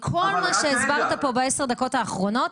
מכל מה שהסברת פה בעשר הדקות האחרונות